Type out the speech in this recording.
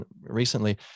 recently